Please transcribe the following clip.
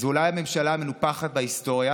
זאת אולי הממשלה המנופחת בהיסטוריה,